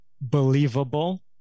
believable